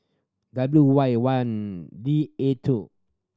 W Y one D A two